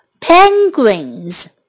penguins